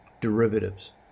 derivatives